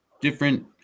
different